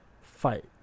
fight